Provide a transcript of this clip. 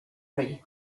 reef